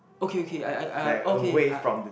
okay okay I I I okay I